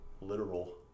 literal